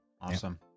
Awesome